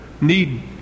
need